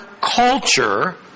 culture